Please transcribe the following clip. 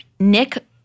Nick